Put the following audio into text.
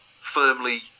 firmly